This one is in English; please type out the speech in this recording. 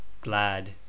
glad